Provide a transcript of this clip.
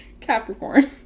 Capricorn